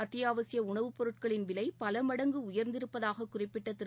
அத்தியாவசியஉணவுப் பொருட்களின் விலைபலமடங்குஉயர்ந்திருப்பதாககுறிப்பிட்டதிரு